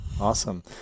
awesome